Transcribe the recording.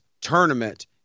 tournament